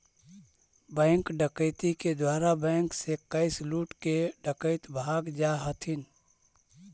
bank डकैती के द्वारा बैंक से कैश लूटके डकैत भाग जा हथिन